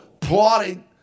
plotting